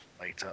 later